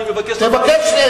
אני מבקש, תבקש.